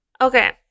Okay